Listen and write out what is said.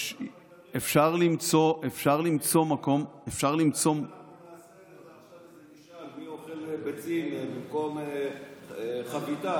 אפשר למצוא מקום --- אם נעשה משאל מי אוכל ביצים במקום חביתה,